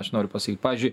aš noriu pasakyt pavyzdžiui